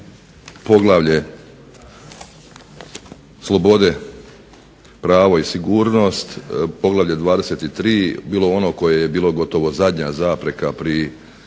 poglavlje Slobode, pravo i sigurnost, poglavlje 23. bilo ono koje je bilo gotovo zadnja zapreka pri